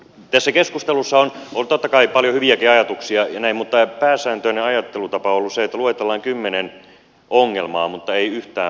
tässä keskustelussa on ollut totta kai paljon hyviäkin ajatuksia ja näin mutta pääsääntöinen ajattelutapa on ollut se että luetellaan kymmenen ongelmaa mutta ei yhtään vastausta